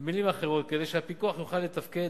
במלים אחרות: כדי שהפיקוח יוכל לתפקד,